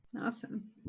awesome